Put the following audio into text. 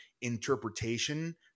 interpretation